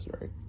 right